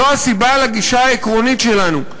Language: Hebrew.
זו הסיבה לגישה העקרונית שלנו,